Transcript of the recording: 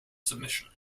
submission